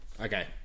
Okay